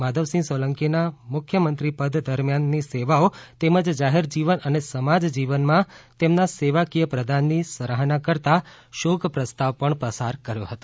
માધવસિંહ સોલંકીના મુખ્યમંત્રી પદ દરમ્યાનની સેવાઓ તેમજ જાહેર જીવન અને સમાજ જીવનમાં તેમના સેવાકીય પ્રદાનની સરાહના કરતા શોક પ્રસ્તાવ પણ પસાર કર્યો હતો